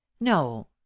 no